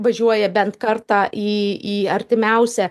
važiuoja bent kartą į į artimiausią